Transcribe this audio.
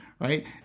right